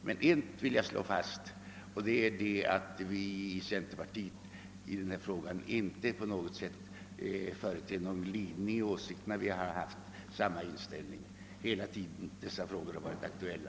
Men ett vill jag slå fast, och det är att vi i centerpartiet inte på något sätt företer någon glidning i åsikterna. Vi har haft samma inställning under hela den tid som dessa frågor varit aktuella.